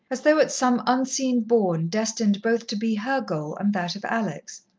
as though at some unseen bourne destined both to be her goal and that of alex.